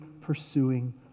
pursuing